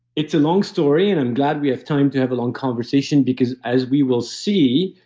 it's a long story, and i'm glad we have time to have a long conversation, because as we will see,